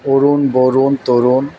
অরুণ Barun তরুণ